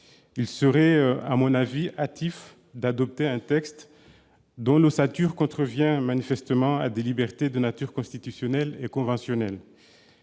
il serait à mon avis hâtif d'adopter un texte dont l'ossature contrevient manifestement à des libertés de nature constitutionnelle et conventionnelle.